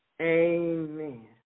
Amen